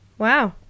Wow